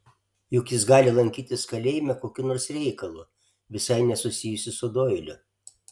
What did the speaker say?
juk jis gali lankytis kalėjime kokiu nors reikalu visai nesusijusiu su doiliu